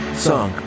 Song